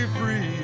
free